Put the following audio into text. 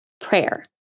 Prayer